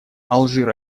алжир